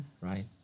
right